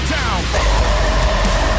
down